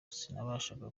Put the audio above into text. sinabashaga